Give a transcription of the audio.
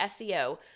SEO